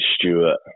Stewart